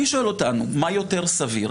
אני שואל אותנו מה יותר סביר,